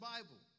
Bible